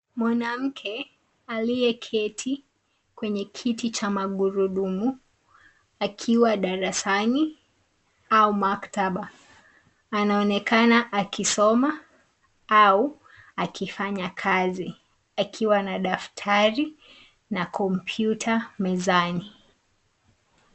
Mwanamke aliyeketi kwenye kiti cha magurudumu akiwa darasani au maktaba. Anaonekana akisoma au akifanya kazi akiwa na daftari na kompyuta mezani.